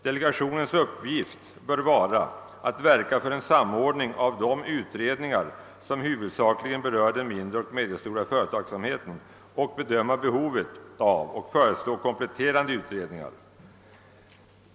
Delegationens uppgift bör vara att verka för en samordning av de utredningar som huvudsakligen berör den mindre och medelstora företagsamheten och bedöma behovet av och föreslå kompletterande utredningar.